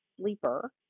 sleeper